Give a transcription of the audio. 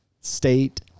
state